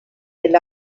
del